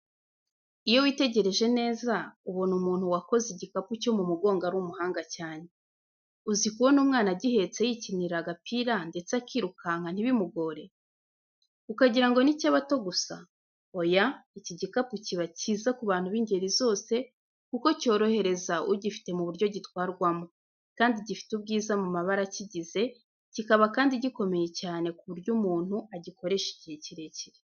Iyo witegereje neza, ubona umuntu wakoze igikapu cyo mu mugongo ari umuhanga cyane. Uzi kubona umwana agihetse yikinira, agapira ndetse akirukanka ntibimugore? Ukagira ngo ni icy’abato gusa? Oya, iki gikapu kiba cyiza ku bantu b’ingeri zose kuko cyorohereza ugifite mu buryo gitwarwamo. Kandi gifite ubwiza mu mabara akigize, kikaba kandi gikomeye cyane ku buryo umuntu agikoresha igihe kirekire.